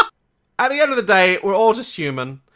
at the end of the day, we're all just human.